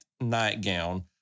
nightgown